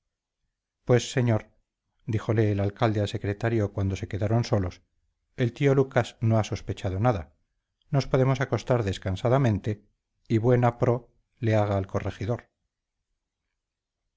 pues señor díjole el alcalde al secretario cuando se quedaron solos el tío lucas no ha sospechado nada nos podemos acostar descansadamente y buena pro le haga al corregidor